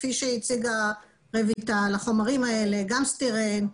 כפי שהציגה רויטל, החומרים האלה, גם סטירן,